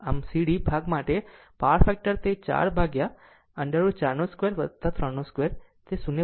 cd ભાગ માટે power factor તે 4√ 4 2 3 2 એ 0